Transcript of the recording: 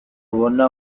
abona